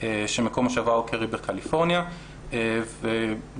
שמקום מושבה העיקרי בקליפורניה ובאמת